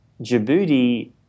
Djibouti